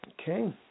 Okay